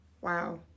Wow